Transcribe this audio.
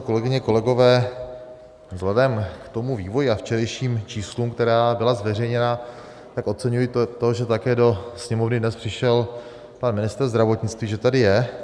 Kolegyně, kolegové, vzhledem k tomu vývoji a včerejším číslům, která byla zveřejněna, oceňuji to, že také do Sněmovny dnes přišel pan ministr zdravotnictví, že tady je.